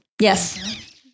Yes